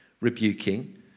rebuking